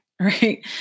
right